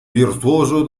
virtuoso